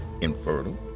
infertile